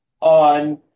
on